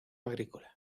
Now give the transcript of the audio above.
agrícola